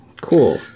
Cool